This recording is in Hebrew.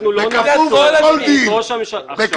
לא נעצור את ראש הממשלה --- לא,